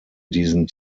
diesen